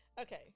Okay